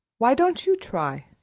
why don't you try?